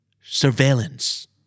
Surveillance